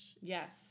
Yes